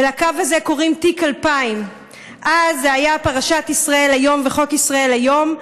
ולקו הזה קוראים תיק 2000. אז זה היה פרשת ישראל היום וחוק ישראל היום,